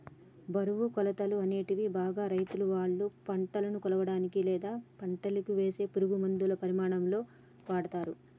బరువు, కొలతలు, అనేటివి బాగా రైతులువాళ్ళ పంటను కొలవనీకి, లేదా పంటకివేసే పురుగులమందుల పరిమాణాలలో వాడతరు